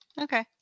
Okay